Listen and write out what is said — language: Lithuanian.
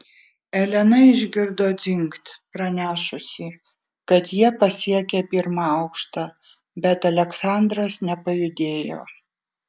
elena išgirdo dzingt pranešusį kad jie pasiekė pirmą aukštą bet aleksandras nepajudėjo